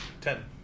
Ten